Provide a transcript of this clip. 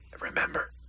Remember